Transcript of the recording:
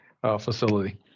facility